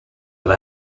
they